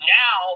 now